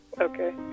okay